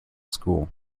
school